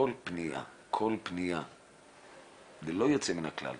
כל פנייה ללא יוצא מן הכלל,